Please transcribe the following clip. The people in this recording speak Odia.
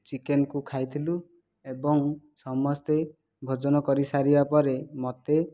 ଚିକେନ୍କୁ ଖାଇଥିଲୁ ଏବଂ ସମସ୍ତେ ଭୋଜନ କରିସାରିବା ପରେ ମୋତେ